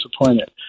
disappointed